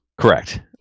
Correct